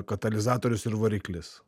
katalizatorius ir variklis